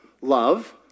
love